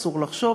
מה אסור לחשוב,